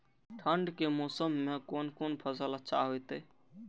ठंड के मौसम में कोन कोन फसल अच्छा होते?